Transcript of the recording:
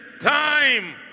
time